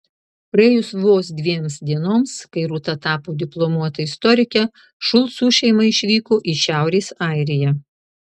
praėjus vos dviems dienoms kai rūta tapo diplomuota istorike šulcų šeima išvyko į šiaurės airiją